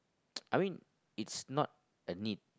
I mean it's not a need